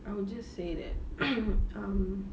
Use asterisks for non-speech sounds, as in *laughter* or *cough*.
I will just say that *coughs* um